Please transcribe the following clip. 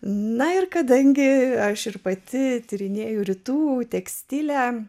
na ir kadangi aš ir pati tyrinėju rytų tekstilę